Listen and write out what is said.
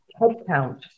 headcount